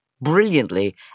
brilliantly